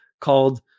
called